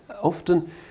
often